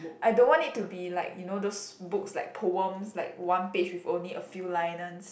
I don't want it to be like you know those books like poems like one page with only a few liners